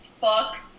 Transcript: fuck